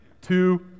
two